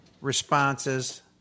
responses